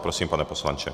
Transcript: Prosím, pane poslanče.